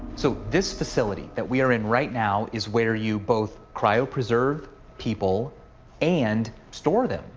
so this facility that we are in right now is where you both cryo preserve people and store them.